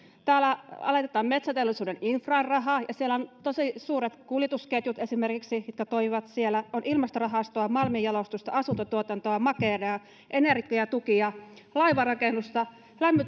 täällä laitetaan metsäteollisuuden infraan rahaa siellä on esimerkiksi tosi suuret kuljetusketjut mitkä toimivat siellä on ilmastorahastoa malminjalostusta asuntotuotantoa makeraa energiatukia laivanrakennusta